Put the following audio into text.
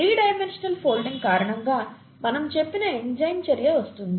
three dimensional folding కారణంగా మనము చెప్పిన ఎంజైమ్ చర్య వస్తుంది